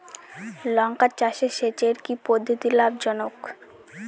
লঙ্কা চাষে সেচের কি পদ্ধতি লাভ জনক?